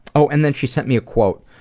oh, and then she sent me a quote.